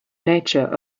nature